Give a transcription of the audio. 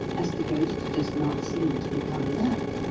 as the ghost does not seem to be coming back,